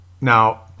Now